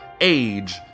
age